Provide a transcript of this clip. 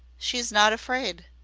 she is not afraid.